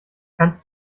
kannst